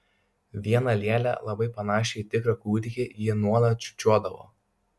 vieną lėlę labai panašią į tikrą kūdikį ji nuolat čiūčiuodavo